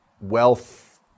wealth